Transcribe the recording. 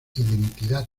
identidad